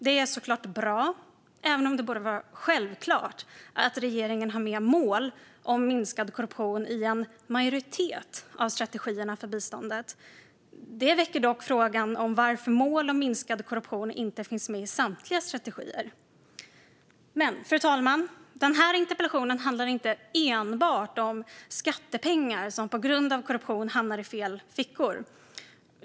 Det är såklart bra, även om det borde vara självklart, att regeringen har med mål om minskad korruption i en så kallad majoritet av strategierna för biståndet. Det väcker dock frågan varför mål om minskad korruption inte finns med i samtliga strategier. Fru talman! Den här interpellationen handlar inte enbart om skattepengar som på grund av korruption hamnar i fel fickor.